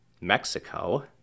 Mexico